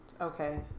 Okay